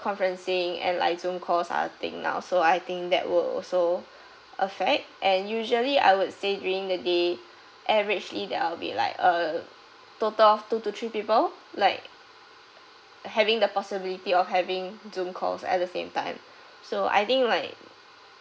conferencing and live zoom calls are a thing now so I think that will also affect and usually I would say during the day averagely there'll be like a total of two to three people like having the possibility of having zoom calls at the same time so I think like